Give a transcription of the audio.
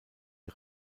die